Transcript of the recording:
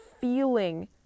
feeling